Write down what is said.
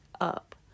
up